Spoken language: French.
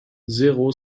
zéro